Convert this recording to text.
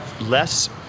less